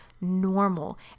normal